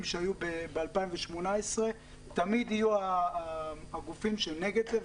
שהיו ב-2018 יהיו הגופים שהם נגד זה,